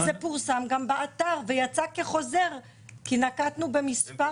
פעם זה עד 8